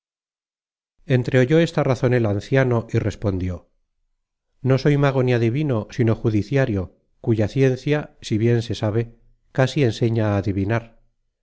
venir entreoyó esta razon el anciano y respondió no soy mago ni adivino sino judiciario cuya ciencia si bien se sabe casi enseña á adivinar